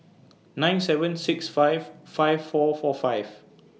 nine seven six five five four four five